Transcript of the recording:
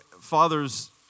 fathers